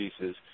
pieces